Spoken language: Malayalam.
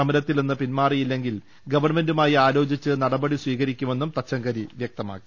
സമരത്തിൽ നിന്ന് പിൻമാറിയില്ലെങ്കിൽ ഗവൺമെന്റുമായി ആലോ ചിച്ച് നടപടി സ്വീകരിക്കുമെന്നും തച്ചങ്കരി വ്യക്തമാക്കി